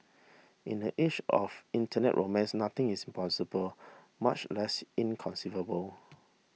in the age of internet romance nothing is impossible much less inconceivable